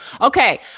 okay